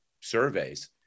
surveys